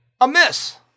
amiss